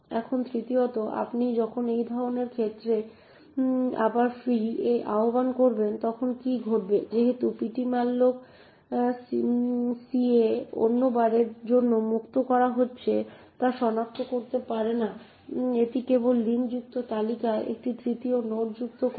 এখন তৃতীয়ত আপনি যখন এই ধরনের ক্ষেত্রে আবার ফ্রি a আহ্বান করবেন তখন কী ঘটবে যেহেতু ptmallocca অন্য বারের জন্য মুক্ত করা হচ্ছে তা সনাক্ত করতে পারে না এটি কেবল লিঙ্কযুক্ত তালিকায় একটি তৃতীয় নোড যুক্ত করবে